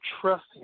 trust